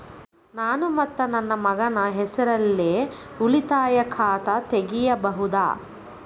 ನಾನು ಮತ್ತು ನನ್ನ ಮಗನ ಹೆಸರಲ್ಲೇ ಉಳಿತಾಯ ಖಾತ ತೆಗಿಬಹುದ?